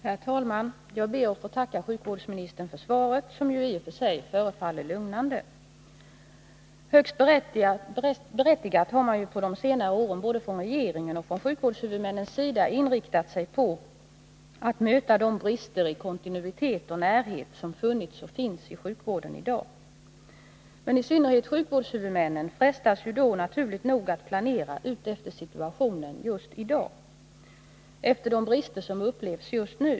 Herr talman! Jag ber att få tacka sjukvårdsministern för svaret, som ju i och för sig förefaller lugnande. Högst berättigat har man på senare år både från regeringens och från sjukvårdshuvudmännens sida inriktat sig på att möta de brister i kontinuitet och närhet som funnits och finns i sjukvården. I synnerhet sjukvårdshuvudmännen frestas då, naturligt nog, att planera efter situationen just i dag och efter de brister som finns just nu.